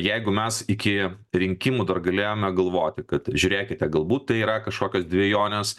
jeigu mes iki rinkimų dar galėjome galvoti kad žiūrėkite galbūt tai yra kažkokios dvejonės